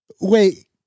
Wait